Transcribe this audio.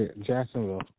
Jacksonville